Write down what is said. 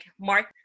Mark